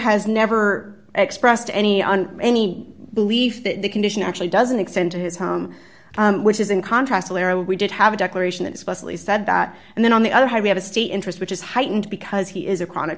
has never expressed any on any belief that the condition actually doesn't extend to his home which is in contrast alero we did have a declaration that supposedly said that and then on the other high we have a state interest which is heightened because he is a chronic